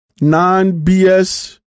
non-BS